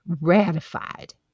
ratified